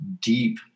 deep